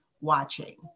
watching